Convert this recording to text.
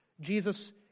Jesus